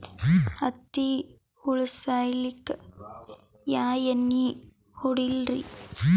ಹತ್ತಿ ಹುಳ ಸಾಯ್ಸಲ್ಲಿಕ್ಕಿ ಯಾ ಎಣ್ಣಿ ಹೊಡಿಲಿರಿ?